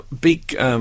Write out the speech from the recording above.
Big